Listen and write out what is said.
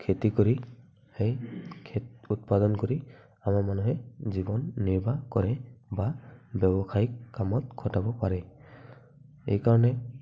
খেতি কৰি সেই উৎপাদন কৰি আমাৰ মানুহে জীৱন নিৰ্বাহ কৰে বা ব্যৱসায়িক কামত খতাব পাৰে সেইকাৰণে